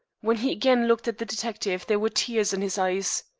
when he again looked at the detective there were tears in his eyes.